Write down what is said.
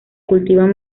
cultivan